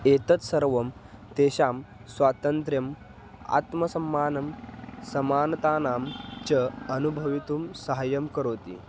एतत् सर्वं तेषां स्वातन्त्र्यम् आत्मसम्मानं समानतानां च अनुभवितुं सहाय्यं करोति